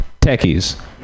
techies